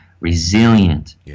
resilient